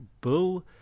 bull